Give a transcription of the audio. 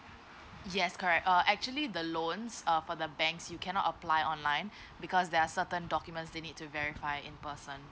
yes correct err actually the loans uh for the banks you cannot apply online because there are certain documents they need to verify in person